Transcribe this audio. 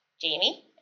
Jamie